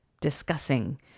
discussing